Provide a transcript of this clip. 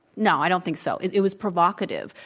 no, i don't think so. it it was provocative.